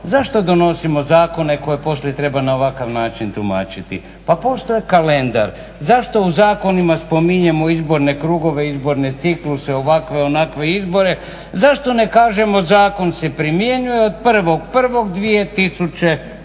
zašto donosimo zakone koje poslije treba na ovakav način tumačiti. Pa postoji kalendar. Zašto u zakonima spominjemo izborne krugove, izborne cikluse, ovakve, onakve izbore. Zašto ne kažemo zakon se primjenjuje od 1.1.2012.,